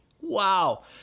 wow